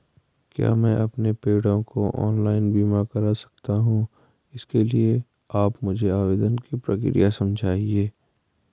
क्या मैं अपने पेड़ों का ऑनलाइन बीमा करा सकता हूँ इसके लिए आप मुझे आवेदन की प्रक्रिया समझाइए?